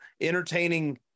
entertaining